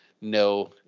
no